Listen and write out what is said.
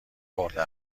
خورده